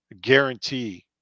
Guarantee